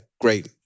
great